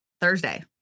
thursday